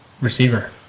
Receiver